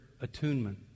attunement